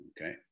Okay